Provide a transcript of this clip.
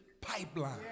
pipeline